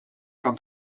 from